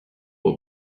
will